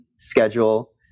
schedule